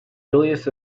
julius